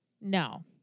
No